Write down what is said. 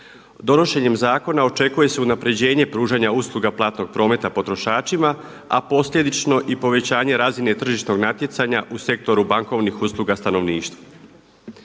Donošenjem zakona očekuje se unapređenje pružanja usluga platnog prometa potrošačima a posljedično i povećanje razine tržišnog natjecanja u sektoru bankovnih usluga stanovništvu.